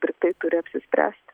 britai turi apsispręsti